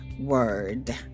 word